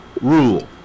rule